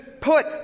put